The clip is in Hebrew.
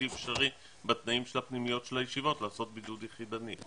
אפשרי בתנאים של הפנימיות של הישיבות לעשות בידוד יחידני,